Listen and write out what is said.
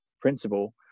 principle